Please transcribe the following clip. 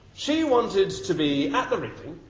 she wanted to be at the reading,